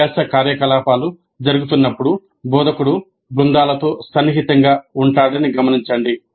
అభ్యాస కార్యకలాపాలు జరుగుతున్నప్పుడు బోధకుడు బృందాలతో సన్నిహితంగా ఉంటాడని గమనించండి